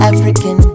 African